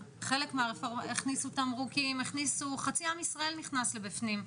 הכניסו תמרוקים, חצי עם ישראל נכנס בפנים.